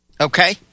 Okay